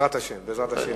בעזרת השם.